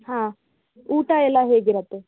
ಹಾಂ ಊಟ ಎಲ್ಲ ಹೇಗಿರುತ್ತೆ